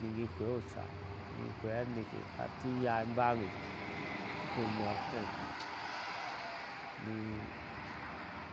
Niki hwea oca ni hwea aneke har itin nyaa in báá me ku noor hee ni